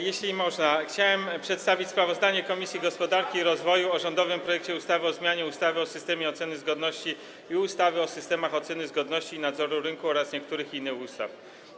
Jeśli można, chciałem przedstawić sprawozdanie Komisji Gospodarki i Rozwoju o rządowym projekcie ustawy o zmianie ustawy o systemie oceny zgodności i ustawy o systemach oceny zgodności i nadzoru rynku oraz niektórych innych ustaw.